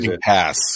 pass